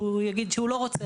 שהנושא החדש ייטען על כל סעיף,